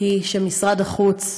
היא שמשרד החוץ,